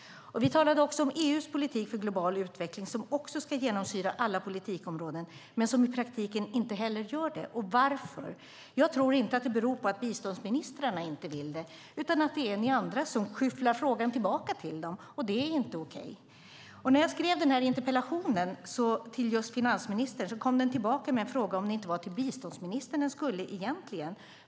Vi talade också om EU:s politik för global utveckling, som också ska genomsyra alla politikområden men som i praktiken inte heller gör det. Varför? Jag tror inte att det beror på att biståndsministrarna inte vill det, utan att det är ni andra som skyfflar frågan tillbaka till dem, och det är inte okej. När jag skrev den här interpellationen till just finansministern kom den tillbaka med en fråga om det inte var till biståndsministern den skulle egentligen.